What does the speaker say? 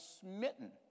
smitten